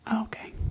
Okay